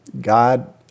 God